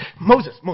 Moses